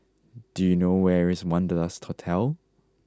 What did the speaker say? do you know where is Wanderlust Hotel